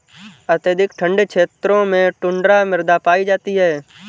अत्यधिक ठंडे क्षेत्रों में टुण्ड्रा मृदा पाई जाती है